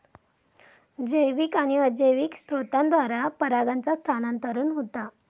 जैविक आणि अजैविक स्त्रोतांद्वारा परागांचा स्थानांतरण होता